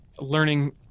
learning